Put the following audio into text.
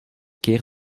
keer